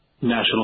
national